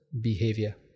behavior